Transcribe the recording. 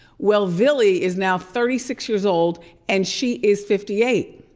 well, vili is now thirty six years old and she is fifty eight.